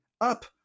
up